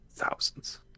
thousands